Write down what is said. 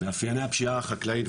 מאפייני הפשיעה החקלאית,